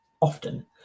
often